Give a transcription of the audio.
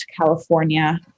California